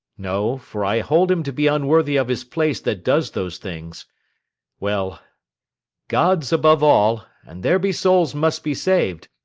no for i hold him to be unworthy of his place that does those things well god's above all, and there be souls must be saved,